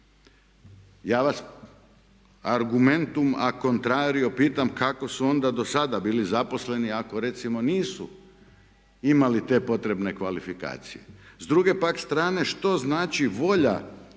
Ja vas argumentum acontrario pitam kako su onda do sada bili zaposleni ako recimo nisu imali te potrebne kvalifikacije. S druge pak strane što znači volja